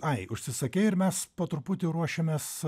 ai užsisakei ir mes po truputį ruošiamės